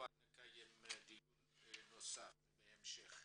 כמובן נקיים דיון נוסף בהמשך.